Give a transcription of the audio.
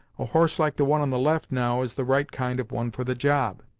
a horse like the one on the left now is the right kind of one for the job.